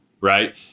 right